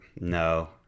no